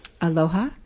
aloha